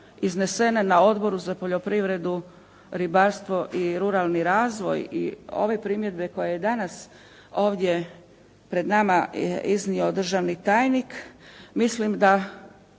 iznesene na Odboru za poljoprivredu, ribarstvo i ruralni razvoj i ove primjedbe koje je danas ovdje pred nama iznio državni tajnik mislim da